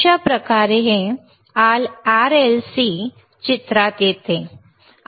अशा प्रकारे हे RLC चित्रात येते